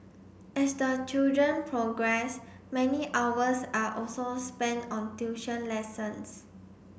as the children progress many hours are also spent on tuition lessons